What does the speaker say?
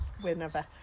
whenever